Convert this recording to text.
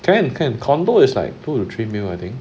can can condo is like two to three mil~ I think